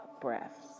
breaths